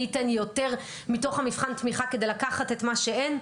מי ייתן יותר מתוך מבחן התמיכה כדי לקחת את מה שאין?